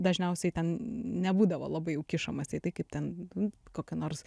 dažniausiai ten nebūdavo labai jau kišamasi į tai kaip ten kokia nors